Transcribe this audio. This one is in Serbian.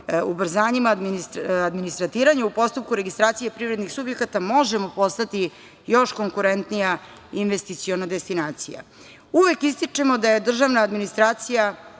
ubrzanjima administriranja u postupku registracije privrednih subjekata možemo postati još konkurentnija investiciona destinacija. Uvek ističemo da je državna administracija